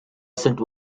sent